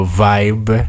vibe